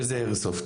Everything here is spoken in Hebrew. שזה איירסופט.